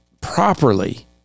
properly